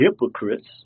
hypocrites